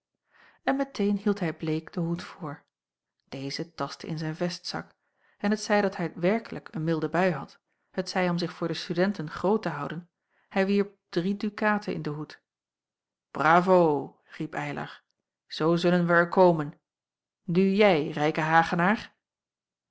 en meteen hield hij bleek den hoed voor deze tastte in zijn vestzak en t zij dat hij werkelijk een milde bui had t zij om zich voor de studenten groot te houden hij wierp drie dukaten in den hoed bravo riep eylar zoo zullen wij er komen nu jij rijke hagenaar